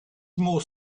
more